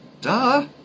duh